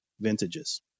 vintages